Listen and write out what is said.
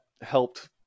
helped